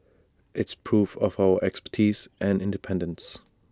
it's proof of our expertise and independence